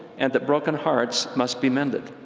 and that broken hearts must be mended.